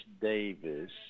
Davis